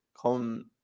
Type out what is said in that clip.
come